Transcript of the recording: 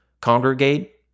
congregate